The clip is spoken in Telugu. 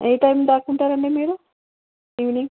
ఏ టైం దాకా ఉంటారు అండి మీరు ఈవినింగ్